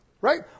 Right